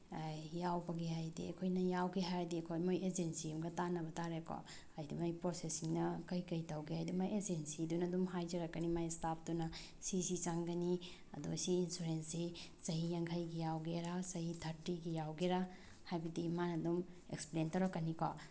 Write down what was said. ꯌꯥꯎꯕꯒꯤ ꯍꯥꯏꯗꯤ ꯑꯩꯈꯣꯏꯅ ꯌꯥꯎꯒꯦ ꯍꯥꯏꯔꯗꯤꯀꯣ ꯃꯣꯏ ꯑꯦꯖꯦꯟꯁꯤ ꯑꯃꯒ ꯇꯥꯅꯕ ꯇꯥꯔꯦꯀꯣ ꯍꯥꯏꯗꯤ ꯃꯣꯏ ꯄ꯭ꯔꯣꯁꯦꯁꯤꯡꯅ ꯀꯩꯀꯩ ꯇꯧꯒꯦ ꯍꯥꯏꯗꯤ ꯃꯥꯏ ꯑꯦꯖꯦꯟꯁꯤꯗꯨꯅ ꯑꯗꯨꯝ ꯍꯥꯏꯖꯔꯛꯀꯅꯤ ꯃꯥꯏ ꯏꯁꯇꯥꯞꯇꯨꯅ ꯁꯤ ꯁꯤ ꯆꯪꯒꯅꯤ ꯑꯗꯨ ꯁꯤ ꯏꯟꯁꯨꯔꯦꯟꯁꯁꯤ ꯆꯍꯤ ꯌꯥꯡꯈꯩꯒꯤ ꯌꯥꯎꯒꯦꯔꯥ ꯆꯍꯤ ꯊꯥꯔꯇꯤꯒꯤ ꯌꯥꯎꯒꯦꯔꯥ ꯍꯥꯏꯕꯗꯤ ꯃꯥꯅ ꯑꯗꯨꯝ ꯑꯦꯛꯁꯄ꯭ꯂꯦꯟ ꯇꯧꯔꯛꯀꯅꯤꯀꯣ